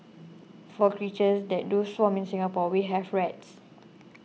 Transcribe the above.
for creatures that do swarm in Singapore we have rats